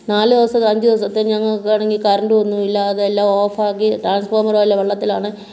നാലു ദിവസം അഞ്ചു ദിവസത്തേക്ക് ഞങ്ങൾക്കാണെങ്കിൽ കറൻറ് ഒന്നുമില്ല അത് എല്ലാം ഓഫാക്കി ട്രാൻസ്ഫോർമർ എല്ലാം വെള്ളത്തിലാണ്